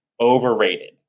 overrated